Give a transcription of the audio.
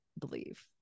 believe